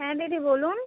হ্যাঁ দিদি বলুন